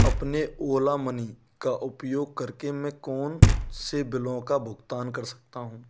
अपने Ola money का उपयोग करके मैं कौन सइ बिलों का भुगतान कर सकता हूँ